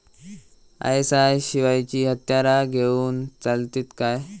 ISI शिवायची हत्यारा घेऊन चलतीत काय?